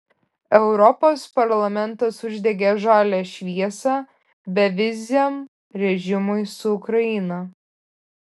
europos parlamentas uždegė žalią šviesą beviziam režimui su ukraina